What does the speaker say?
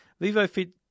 VivoFit